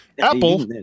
Apple